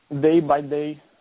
day-by-day